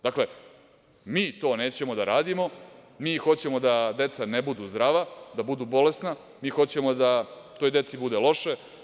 Dakle, mi to nećemo da radimo, mi hoćemo da deca ne budu zdrava, da budu bolesna, mi hoćemo da toj deci bude loše.